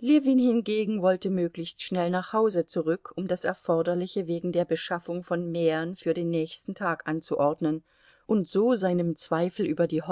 ljewin hingegen wollte möglichst schnell nach hause zurück um das erforderliche wegen der beschaffung von mähern für den nächsten tag anzuordnen und so seinem zweifel über die